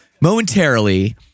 momentarily